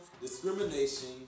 discrimination